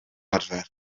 arfer